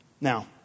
Now